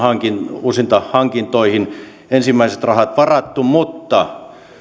uusintahankintoihin ensimmäiset rahat varattu mutta